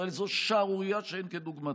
הרי זו שערורייה שאין כדוגמתה.